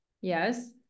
Yes